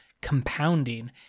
compounding